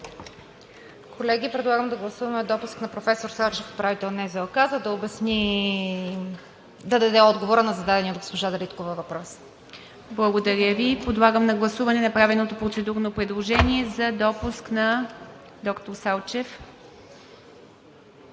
Колеги, предлагам да гласуваме допуск на професор Салчев – управител на НЗОК, за да даде отговор на зададения от госпожа Дариткова въпрос. ПРЕДСЕДАТЕЛ ИВА МИТЕВА: Благодаря Ви. Подлагам на гласуване направеното процедурно предложение за допуск на доктор Салчев.